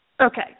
Okay